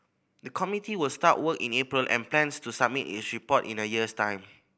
the committee will start work in April and plans to submit its report in a year's time